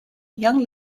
young